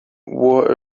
wore